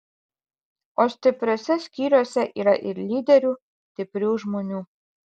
o stipriuose skyriuose yra ir lyderių stiprių žmonių